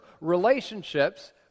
Relationships